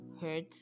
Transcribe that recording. hurt